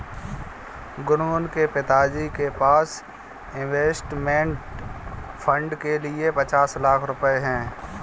गुनगुन के पिताजी के पास इंवेस्टमेंट फ़ंड के लिए पचास लाख रुपए है